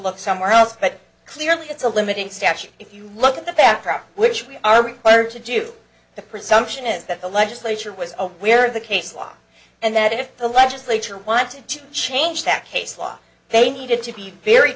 look somewhere else but clearly it's a limiting statute if you look at the background which we are required to do the presumption is that the legislature was aware of the case law and that if the legislature wanted to change that case law they needed to be very